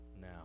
now